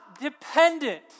dependent